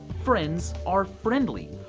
friends are friendly,